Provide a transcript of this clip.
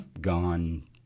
gone